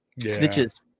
Snitches